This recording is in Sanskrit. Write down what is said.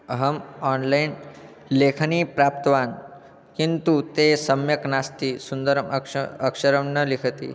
अहम् आन्लैन् लेखनीं प्राप्तवान् किन्तु ते सम्यक् नास्ति सुन्दरम् अक्षरम् अक्षरं न लिखति